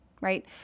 right